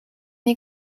nie